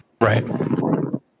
Right